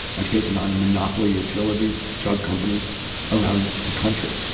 i've taken on monopoly utilities, drug companies around the country.